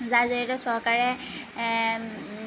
যাৰ জৰিয়তে চৰকাৰে